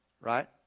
Right